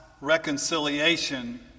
reconciliation